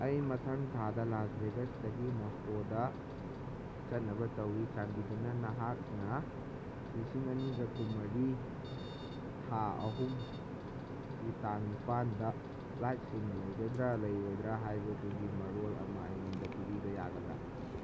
ꯑꯩ ꯃꯊꯪ ꯊꯥꯗ ꯂꯥꯁ ꯕꯦꯒꯁꯇꯒꯤ ꯃꯣꯁꯀꯣꯗ ꯆꯠꯅꯕ ꯇꯧꯔꯤ ꯆꯥꯟꯕꯤꯗꯨꯅ ꯅꯍꯥꯛꯅ ꯂꯤꯁꯤꯡ ꯑꯅꯤꯒ ꯀꯨꯟꯃꯔꯤ ꯊꯥ ꯑꯍꯨꯝꯒꯤ ꯇꯥꯡ ꯅꯤꯄꯥꯟꯗ ꯐ꯭ꯂꯥꯏꯠꯁꯤꯡ ꯂꯩꯒꯗ꯭ꯔꯥ ꯂꯩꯔꯣꯏꯗ꯭ꯔꯥ ꯍꯥꯏꯕꯗꯨꯒꯤ ꯃꯔꯣꯜ ꯑꯃ ꯑꯩꯉꯣꯟꯗ ꯄꯤꯕꯤꯕ ꯌꯥꯒꯗ꯭ꯔꯥ